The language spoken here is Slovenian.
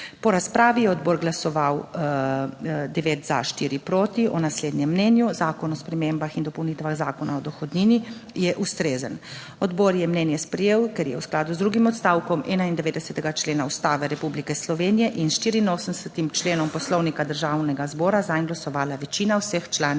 Po razpravi je odbor glasoval devet za, štiri proti, o naslednjem mnenju: Zakon o spremembah in dopolnitvah Zakona o dohodnini je ustrezen. Odbor je mnenje sprejel, ker je v skladu z drugim odstavkom 91. člena Ustave Republike Slovenije in s 84. členom Poslovnika Državnega zbora zanj glasovala večina vseh članic